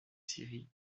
scierie